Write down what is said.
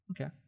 okay